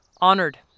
honored